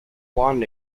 juan